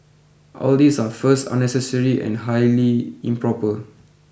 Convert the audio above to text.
all these are first unnecessary and highly improper